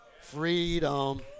freedom